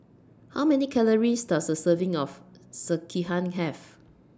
How Many Calories Does A Serving of Sekihan Have